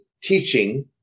teaching